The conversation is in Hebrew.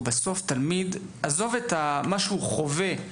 אבל עזוב את מה שהתלמיד חווה,